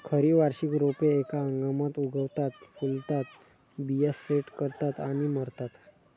खरी वार्षिक रोपे एका हंगामात उगवतात, फुलतात, बिया सेट करतात आणि मरतात